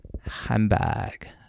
handbag